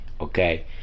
okay